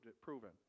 proven